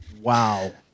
Wow